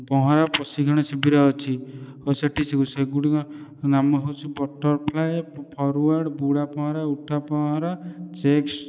ପହଁରା ପ୍ରଶିକ୍ଷଣ ଶିବିର ଅଛି ଓ ସେଇଠି ସେ ସେଗୁଡ଼ିକ ନାମ ହେଉଛି ବଟରଫ୍ଲାଏ ଫରୱାର୍ଡ଼ ବୁଡ଼ା ପହଁରା ଉଠା ପହଁରା ଚେସ୍ଟ